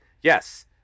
yes